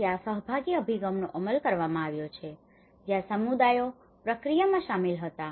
તેથી આ સહભાગી અભિગમનો અમલ કરવામાં આવ્યો છે જ્યાં સમુદાયો પ્રક્રિયામાં શામેલ હતા